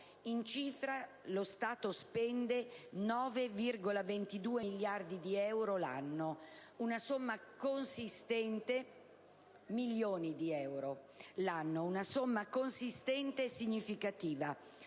In cifre, lo Stato spende 9,22 milioni di euro l'anno: una somma consistente e significativa,